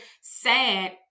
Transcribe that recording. sad